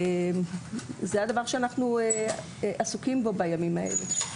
זה הדבר שאנחנו עסוקים בו בימים אלה.